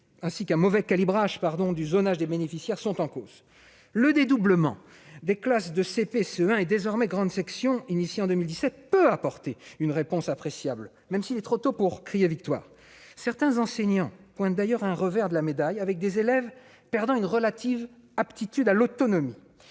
moyens et un mauvais calibrage du zonage des bénéficiaires. Le dédoublement des classes de CP, de CE1 et désormais de grande section, engagé en 2017, peut apporter une réponse appréciable, même s'il est trop tôt pour crier victoire. Certains enseignants insistent d'ailleurs sur le revers de la médaille : certains élèves perdent une relative aptitude à l'autonomie.